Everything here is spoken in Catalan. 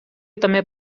també